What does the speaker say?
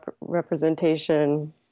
representation